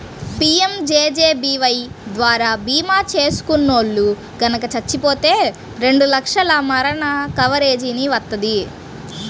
PMJJBY ద్వారా భీమా చేసుకున్నోల్లు గనక చచ్చిపోతే రెండు లక్షల మరణ కవరేజీని వత్తది